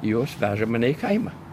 jos veža mane į kaimą